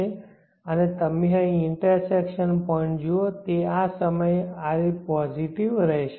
તેથી તમે અહીં ઇન્ટરસેક્શન પોઈન્ટ્સ જુઓ તે આ સમયે આ રીતે પોઝિટિવ રહેશે